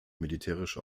militärische